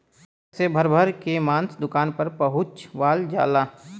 truck से भर भर के मांस दुकान पर पहुंचवाल जाला